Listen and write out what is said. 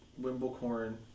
Wimblecorn